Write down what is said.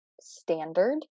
standard